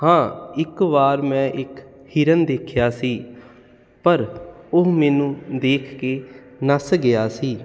ਹਾਂ ਇੱਕ ਵਾਰ ਮੈਂ ਇੱਕ ਹਿਰਨ ਦੇਖਿਆ ਸੀ ਪਰ ਉਹ ਮੈਨੂੰ ਦੇਖ ਕੇ ਨੱਸ ਗਿਆ ਸੀ